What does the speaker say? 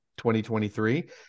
2023